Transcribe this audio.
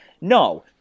no